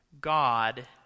God